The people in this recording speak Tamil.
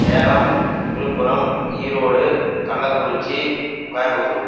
சேலம் விழுப்புரம் ஈரோடு கள்ளக்குறிச்சி கோயம்புத்தூர்